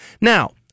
Now